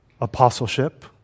apostleship